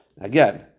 Again